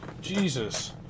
Jesus